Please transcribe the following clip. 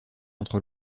entre